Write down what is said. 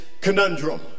conundrum